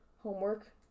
homework